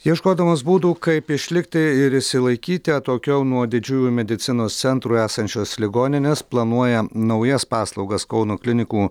ieškodamos būdų kaip išlikti ir išsilaikyti atokiau nuo didžiųjų medicinos centrų esančios ligoninės planuoja naujas paslaugas kauno klinikų